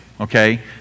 okay